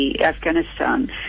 Afghanistan